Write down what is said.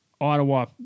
Ottawa